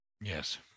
Yes